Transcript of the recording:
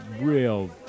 real